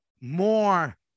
more